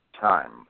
time